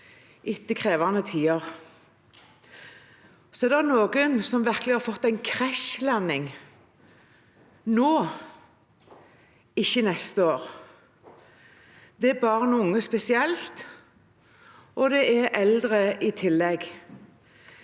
etter krevende tider. Så er det noen som virkelig har fått en krasjlanding nå, ikke neste år. Det er barn og unge spesielt, og det er i tillegg